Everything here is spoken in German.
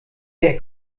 der